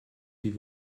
die